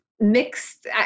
mixed